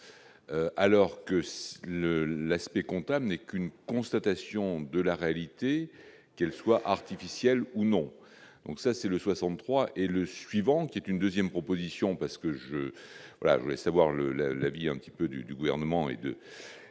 alors que si le l'aspect comptable n'est qu'une constatation de la réalité, qu'elle soit artificielle ou non, donc ça c'est le 63 est le suivant, qui est une 2ème proposition parce que je voulais savoir le le la vie un petit peu du du gouvernement et de